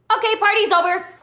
okay party's over.